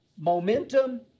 Momentum